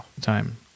time